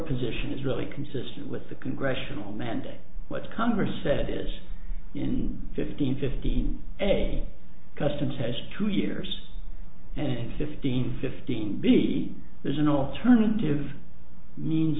position is really consistent with the congressional mandate what congress said is in fifteen fifteen a customs has two years and fifteen fifteen b there's an alternative means